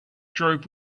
drove